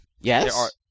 Yes